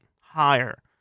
higher